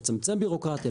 לצמצם בירוקרטיה,